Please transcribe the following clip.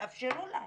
תאפשרו להם.